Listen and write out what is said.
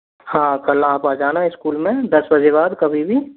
हाँ कल आप आ जाना स्कूल में दस बजे के बाद कभी भी